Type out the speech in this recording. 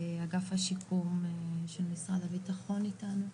אגף השיקום של משרד הביטחון איתנו,